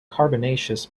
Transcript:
carbonaceous